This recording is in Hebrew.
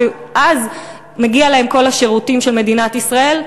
ואז מגיעים להם כל השירותים של מדינת ישראל,